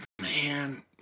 man